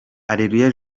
areruya